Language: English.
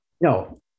No